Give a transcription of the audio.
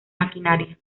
maquinaria